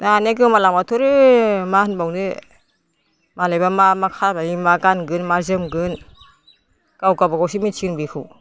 दानिया गोमालांबायथ'रो मा होनबावनो मालायबा मा मा खाजायो मा गानगोन मा जोमगोन गाव गाबागावसो मिनथिसिगोन बेखौ